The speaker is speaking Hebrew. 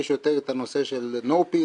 יש יותר את הנושא של NOPE,